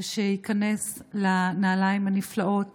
שייכנס לנעליים הנפלאות